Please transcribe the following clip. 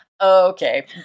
Okay